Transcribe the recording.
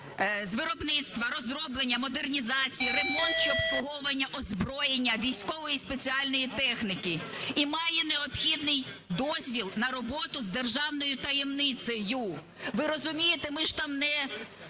з виробництва, розроблення, модернізації, ремонт чи обслуговування озброєння, військової спеціальної техніки і має необхідний дозвіл на роботу з державною таємницею? Ви розумієте, ми ж там не